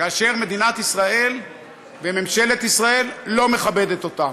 כאשר מדינת ישראל וממשלת ישראל לא מכבדת אותם.